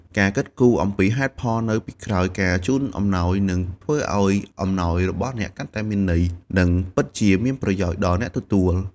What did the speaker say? ការគិតគូរអំពីហេតុផលនៅពីក្រោយការជូនអំណោយ នឹងធ្វើឱ្យអំណោយរបស់អ្នកកាន់តែមានន័យ និងពិតជាមានប្រយោជន៍ដល់អ្នកទទួល។